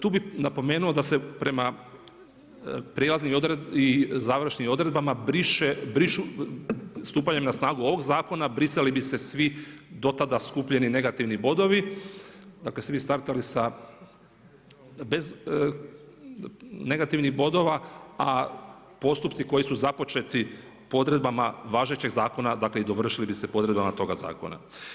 Tu bih napomenuo da se prema prijelaznim i završnim odredbama brišu, stupanjem na snagu ovoga zakona brisali bi se svi do tada skupljeni negativni bodovi, dakle svi bi startali sa, bez negativnih bodova a postupci koji su započeti po odredbama važećeg zakona dakle i dovršili bi se po odredbama toga zakona.